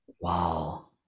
Wow